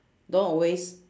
don't always